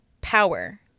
power